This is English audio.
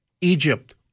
Egypt